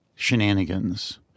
shenanigans